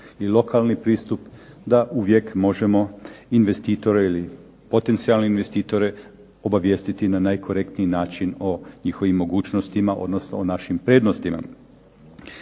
i lokalni pristup da uvijek možemo investitore ili potencijalne investitore obavijestiti na najkorektniji način o njihovim mogućnostima, odnosno o našim prednostima.